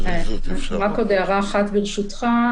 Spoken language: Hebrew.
אני אשמח להעיר עוד הערה אחת, ברשותך.